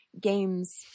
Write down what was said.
games